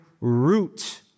root